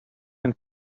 and